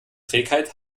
trägheit